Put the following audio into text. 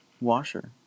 Washer